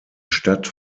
stadt